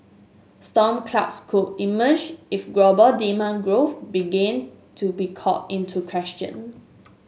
storm clouds could emerge if global demand growth begin to be called into question